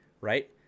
right